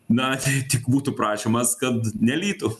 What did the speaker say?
na tik būtų prašymas kad nelytų